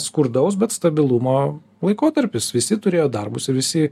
skurdaus bet stabilumo laikotarpis visi turėjo darbus ir visi